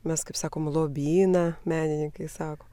mes kaip sakom lobyną menininkai sako